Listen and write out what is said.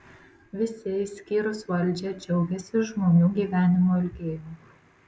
visi išskyrus valdžią džiaugiasi žmonių gyvenimo ilgėjimu